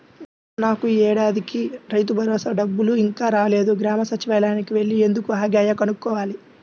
నాకు యీ ఏడాదికి రైతుభరోసా డబ్బులు ఇంకా రాలేదు, గ్రామ సచ్చివాలయానికి యెల్లి ఎందుకు ఆగాయో కనుక్కోవాల